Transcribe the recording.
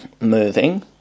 moving